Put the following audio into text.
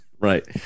Right